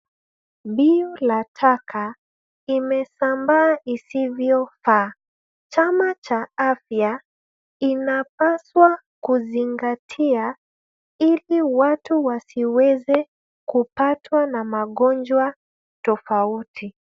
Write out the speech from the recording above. Mbiu la taka imesambaa isivyofaa. Chama cha afya inapaswa kuzingatia ili watu wasiweze kupatwa na magonjwa tofauti.